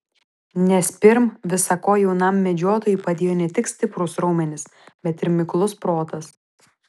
nes pirm visa ko jaunam medžiotojui padėjo ne tik stiprūs raumenys bet ir miklus protas